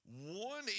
One